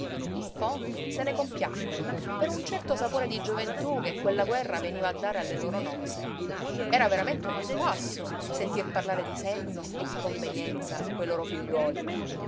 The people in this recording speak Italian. in fondo se ne compiacquero per un certo sapore di gioventú che quella guerra veniva a dare alle loro nozze era veramente uno spasso sentir parlare di senno e di convenienza quei loro figliuoli